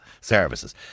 services